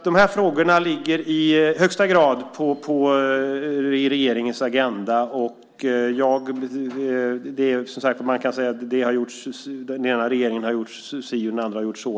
Dessa frågor finns i högsta grad på regeringens agenda. Och den ena regeringen har gjort si, och den andra har gjort så.